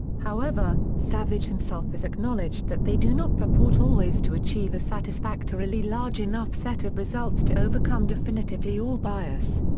however, savage himself has acknowledged that they do not purport always to achieve a satisfactorily large enough set of results to overcome definitively all bias.